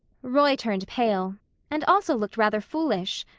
roy turned pale and also looked rather foolish.